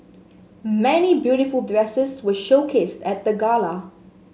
many beautiful dresses were showcased at the gala